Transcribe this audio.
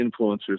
influencers